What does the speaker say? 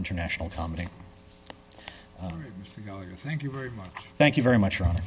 international comedy thank you very much thank you very much